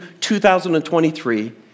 2023